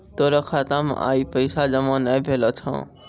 तोरो खाता मे आइ पैसा जमा नै भेलो छौं